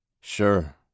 Sure